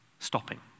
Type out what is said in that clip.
Stopping